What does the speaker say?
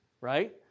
right